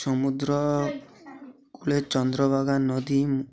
ସମୁଦ୍ର କୂଳେ ଚନ୍ଦ୍ରଭାଗା ନଦୀ